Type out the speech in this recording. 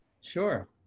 Sure